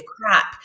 crap